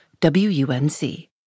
WUNC